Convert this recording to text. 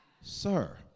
Sir